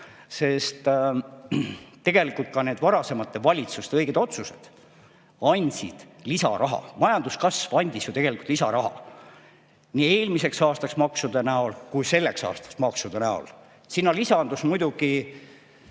Tegelikult ka need varasemate valitsuste õiged otsused andsid lisaraha: majanduskasv andis ju lisaraha nii eelmiseks aastaks maksude näol kui selleks aastaks maksude näol. Sinna lisandus muidugi